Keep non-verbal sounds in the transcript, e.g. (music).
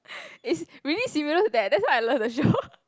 (breath) is really similar to that that's why I love the show (laughs)